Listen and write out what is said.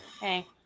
Hey